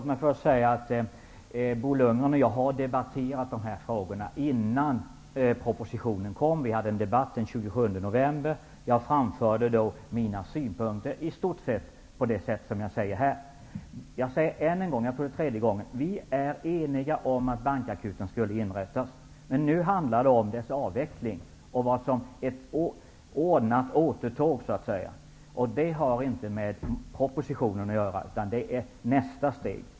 Herr talman! Bo Lundgren och jag debatterade dessa frågor innan propositionen lades fram. Vi hade en debatt den 27 november, och jag framförde i stort sett samma synpunkter som i dag. Jag säger än en gång att vi är eniga om att bankakuten skall inrättas. Men nu handlar det om dess avveckling, dvs. ett ordnat återtåg. Det har inte med propositionen att göra, utan det är fråga om nästa steg.